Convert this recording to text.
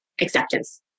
acceptance